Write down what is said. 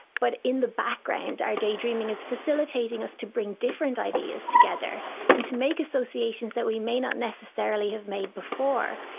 but in the background our daydreaming is facilitating us to bring different ideas together and to make associations that we may not necessarily have made before.